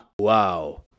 Wow